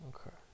Okay